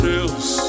else